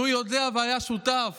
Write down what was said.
שהוא יודע והיה שותף